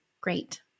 Great